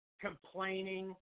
complaining